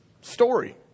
story